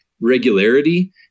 regularity